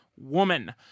Woman